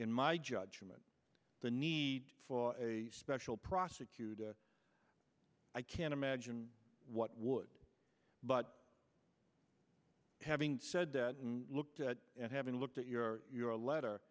in my judgment the need for a special prosecutor i can't imagine what would but having said that i looked at having looked at your your letter